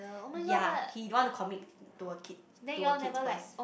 ya he don't want to commit to a kid to a kid first